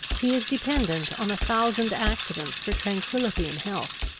he is dependent on a thousand accidents for tranquillity and health,